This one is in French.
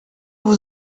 vous